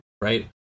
right